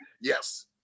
Yes